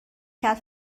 کرد